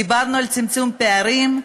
דיברנו על צמצום פערים,